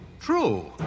true